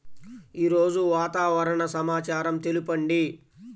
ఈరోజు వాతావరణ సమాచారం తెలుపండి